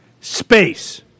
Space